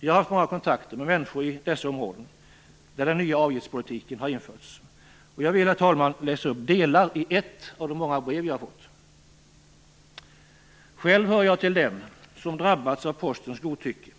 Jag har haft många kontakter med människor i dessa områden, där den nya avgiftspolitiken har införts. Jag vill, herr talman, läsa upp delar av ett av de många brev jag har fått: Själv hör jag till dem som har drabbats av Postens godtycke.